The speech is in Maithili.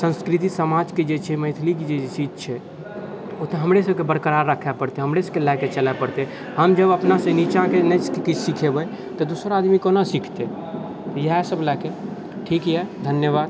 संस्कृति समाजके जे छै मैथिलीके जे चीज छै ओ तऽ हमरे सभके बरकरार राखऽ पड़तै हमरे सभके लअ कऽ चलै पड़तै हम जब अपनासँ नीचाके नहि किछु सिखेबै तऽ दुसरा आदमी कोना सिखतै इएह सभ लअ कऽ ठीक यऽ धन्यवाद